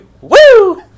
Woo